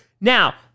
Now